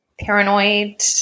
paranoid